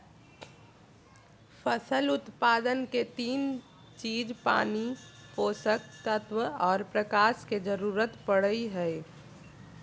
फसल उत्पादन ले तीन चीज पानी, पोषक तत्व आर प्रकाश के जरूरत पड़ई हई